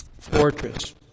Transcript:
fortress